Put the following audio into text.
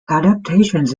adaptations